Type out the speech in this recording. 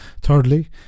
Thirdly